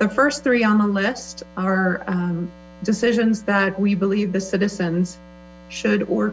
the first three on the list are decisions that we believe the citizens should or